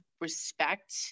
respect